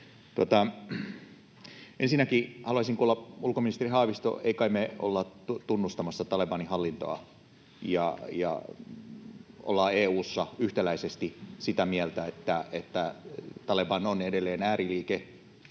Ensinnäkin haluaisin kuulla, ulkoministeri Haavisto: Ei kai me olla tunnustamassa Talebanin hallintoa? Ja ollaanko EU:ssa yhtäläisesti sitä mieltä, että Taleban on edelleen ääriliike,